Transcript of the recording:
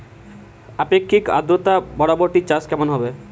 আপেক্ষিক আদ্রতা বরবটি চাষ কেমন হবে?